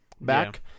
back